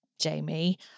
Jamie